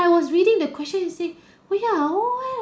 I was reading the question you see we are all